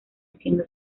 siendo